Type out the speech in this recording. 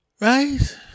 Right